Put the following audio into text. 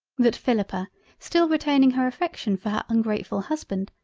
that philippa still retaining her affection for her ungratefull husband,